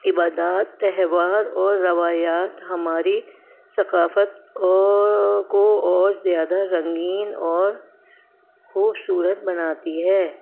عبادات تہوار اور روایات ہماری ثقافت کو اور زیادہ رنگین اور خوبصورت بناتی ہے